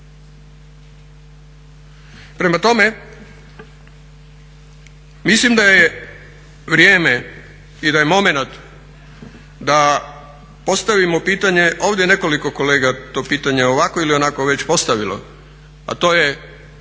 Prema tome, mislim da je vrijeme i da je momenat da postavimo pitanje, ovdje je nekoliko kolega to pitanje ovako ili onako već postavilo, a to je